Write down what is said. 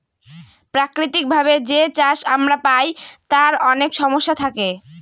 প্রাকৃতিক ভাবে যে চাষ আমরা পায় তার অনেক সমস্যা থাকে